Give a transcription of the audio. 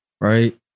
right